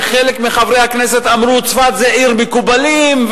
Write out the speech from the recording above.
חלק מחברי הכנסת אמרו: צפת זו עיר מקובלים,